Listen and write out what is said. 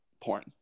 porn